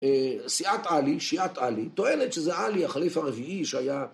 שיעת עלי, שיעת עלי, טוענת שזה עלי החליף הרביעי שהיה